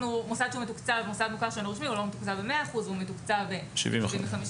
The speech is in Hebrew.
מוסד מוכר שאינו רשמי לא מתוקצב ב-100% הוא מתוקצב ב-75%,